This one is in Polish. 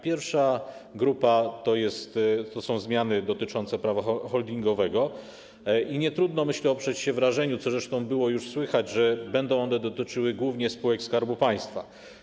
Pierwsza grupa to są zmiany dotyczące prawa holdingowego i trudno nie oprzeć się wrażeniu, co zresztą było już słychać, że będą one dotyczyły głównie spółek Skarbu Państwa.